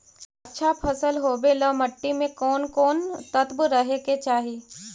अच्छा फसल होबे ल मट्टी में कोन कोन तत्त्व रहे के चाही?